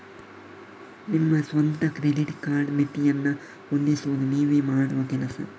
ನಿಮ್ಮ ಸ್ವಂತ credit card ಮಿತಿಯನ್ನ ಹೊಂದಿಸುದು ನೀವೇ ಮಾಡುವ ಕೆಲಸ